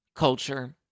Culture